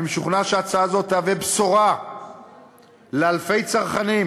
אני משוכנע שהצעה זו תהווה בשורה לאלפי צרכנים